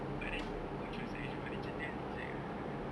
but then the coach was act~ originally like a